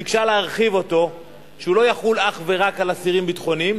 היא ביקשה להרחיב אותו ושהוא לא יחול אך ורק על אסירים ביטחוניים